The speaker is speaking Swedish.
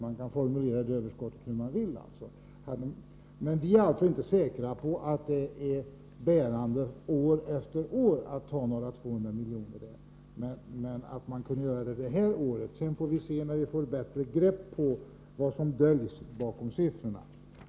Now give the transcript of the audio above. Man kan definiera det överskottet hur man vill. Vi är inte säkra på att det finns bärande skäl för att år efter år ta 200 milj.kr. där, men vi anser att man kunde göra det detta år. Sedan får vi se, när vi får bättre grepp om vad som döljs bakom siffrorna.